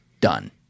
done